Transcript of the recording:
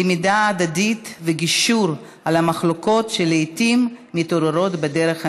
ללמידה הדדית ולגישור על המחלוקות שלעיתים מתעוררות בדרך המדינית.